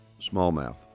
smallmouth